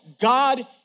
God